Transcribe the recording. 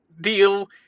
deal